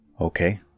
Okay